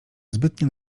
zbytnie